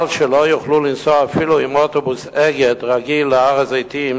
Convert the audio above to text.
אבל שלא יוכלו לנסוע אפילו באוטובוס "אגד" רגיל להר-הזיתים?